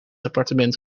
appartement